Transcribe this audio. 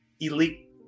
elite